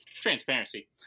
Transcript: transparency